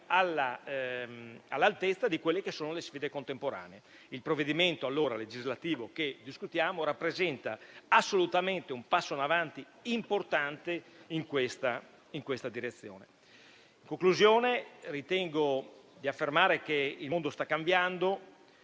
all'altezza delle sfide contemporanee. Il provvedimento legislativo che discutiamo rappresenta un passo assolutamente in avanti importante in questa direzione. In conclusione, ritengo di affermare che il mondo sta cambiando;